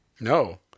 No